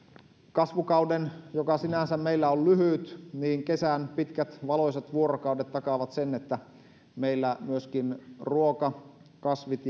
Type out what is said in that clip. kasvukauden joka sinänsä meillä on lyhyt kesän pitkät valoisat vuorokaudet takaavat sen että meillä myöskin ruokakasvit